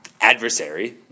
adversary